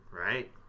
right